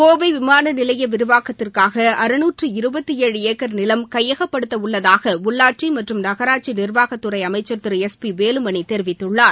கோவை விமான நிலைய விரிவாக்கத்திற்காக நிலம் ஏக்கர் கையகப்படுத்தப்படவுள்ளதாக உள்ளாட்சி மற்றும் நகராட்சி நிர்வாகத்துறை அமைச்சர் திரு எஸ் பி வேலுமணி தெரிவித்துள்ளார்